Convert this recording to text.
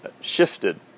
shifted